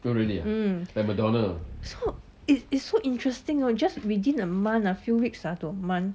mm i~ it's so interesting ah just within a month ah a few weeks to a month